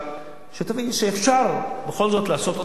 שתבין שאפשר בכל זאת לעשות עוד כמה צעדים